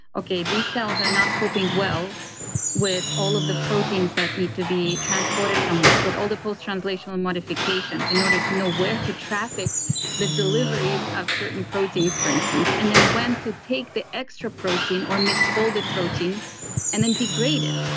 okay, these cells are not coping well with all of the proteins that need to be transported somewhere, with all the post translational modifications in order to know where to traffic the deliveries of certain proteins, for instance, and then when to take the extra protein or misfolded protein and then degrade it.